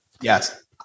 yes